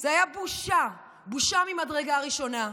זו הייתה בושה, בושה ממדרגה ראשונה.